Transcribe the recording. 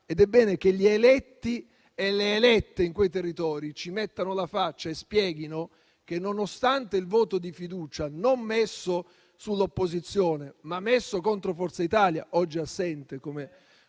ed è bene che gli eletti e le elette in quei territori ci mettano la faccia e spieghino che, nonostante il voto di fiducia non messo sull'opposizione, ma messo contro Forza Italia, oggi questa era